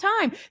time